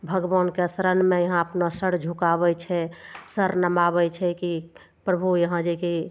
भगवानके शरणमे यहाँ अपना सर झुकाबय छै सर नमाबय छै कि प्रभु यहाँ जे कि